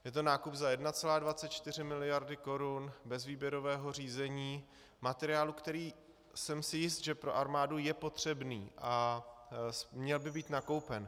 Je to nákup za 1,24 miliardy korun bez výběrového řízení, materiálu, který jsem si jist, že pro armádu je potřebný a měl by být nakoupen.